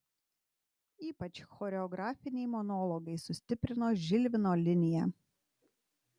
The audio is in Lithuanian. ypač choreografiniai monologai sustiprino žilvino liniją